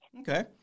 okay